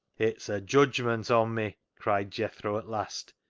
it's a judgment on me, cried jethro at last.